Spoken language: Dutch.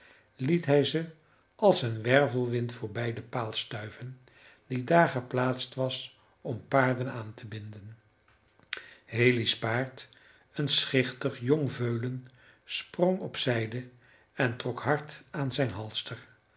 liet hij ze als een wervelwind voorbij den paal stuiven die daar geplaatst was om paarden aan te binden haley's paard een schichtig jong veulen sprong op zijde en trok hard aan zijn halster